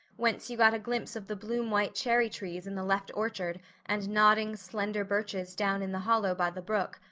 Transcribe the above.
whence you got a glimpse of the bloom white cherry-trees in the left orchard and nodding, slender birches down in the hollow by the brook,